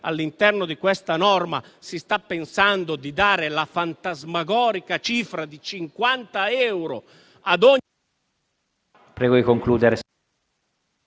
all'interno di questa norma si sta pensando di dare la fantasmagorica cifra di 50 euro ad ogni… *(Il microfono